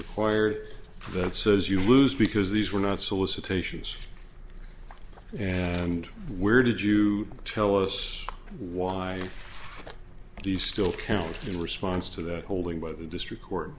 required for that says you lose because these were not solicitations and where did you tell us why do you still count in response to the holding by the district court